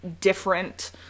different